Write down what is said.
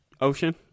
ocean